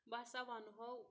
بہٕ ہسا وَنہو پَنُن ناو